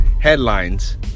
headlines